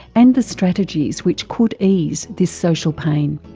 and the strategies which could ease this social pain.